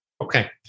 Okay